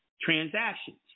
transactions